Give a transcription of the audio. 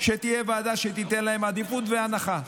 שתהיה ועדה שתיתן להם עדיפות והנחה.